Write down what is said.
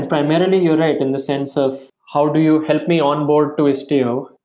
primarily you're right in the sense of how do you help me onboard to istio,